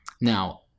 Now